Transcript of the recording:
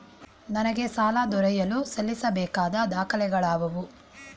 ನನಗೆ ಸಾಲ ದೊರೆಯಲು ಸಲ್ಲಿಸಬೇಕಾದ ದಾಖಲೆಗಳಾವವು?